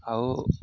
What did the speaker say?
ଆଉ